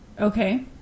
Okay